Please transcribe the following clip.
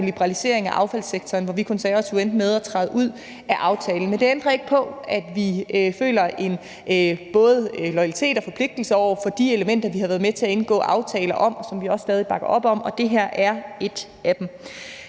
liberalisering af affaldssektoren, hvor vi Konservative endte med at træde ud af aftalen. Men det ændrer ikke på, at vi både føler en loyalitet og en forpligtelse over for de elementer, vi har været med til at indgå aftaler om, og som vi også stadig bakker op om, og det her er et af dem.